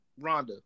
Rhonda